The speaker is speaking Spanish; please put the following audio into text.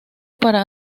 para